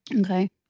Okay